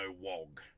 Wog